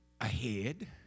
ahead